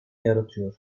yaratıyor